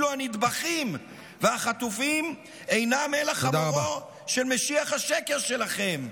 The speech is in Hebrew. כאילו הנטבחים והחטופים אינם אלא חמורו של משיח השקר שלכם.